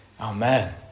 amen